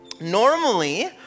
Normally